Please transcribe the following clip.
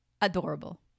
Adorable